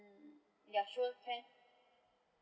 ya sure can